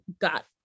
got